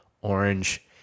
orange